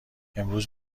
امروز